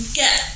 get